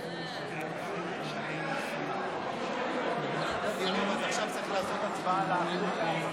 אנחנו עוברים מכאן להצבעה שמית על הצעתו של חבר הכנסת מאיר כהן,